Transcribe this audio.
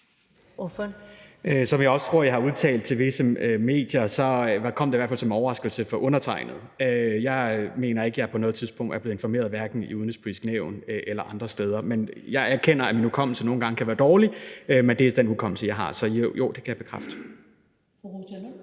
Som jeg også tror jeg har udtalt til visse medier, kom det i hvert fald som en overraskelse for undertegnede. Jeg mener ikke, at jeg på noget tidspunkt er blevet informeret, hverken i Det Udenrigspolitiske Nævn eller andre steder. Jeg erkender, at min hukommelse nogle gange kan være dårlig, men det er den hukommelse, jeg har. Så jo, det kan jeg bekræfte. Kl.